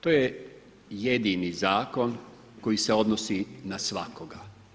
To je jedini Zakon koji se odnosi na svakoga.